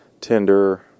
Tinder